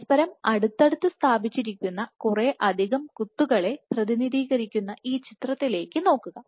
പരസ്പരം അടുത്തടുത്ത് സ്ഥാപിച്ചിരിക്കുന്ന കുറെ അധികം കുത്തുകളെ പ്രതിനിധീകരിക്കുന്ന ഈ ചിത്രത്തിലേക്ക് നോക്കുക